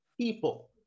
people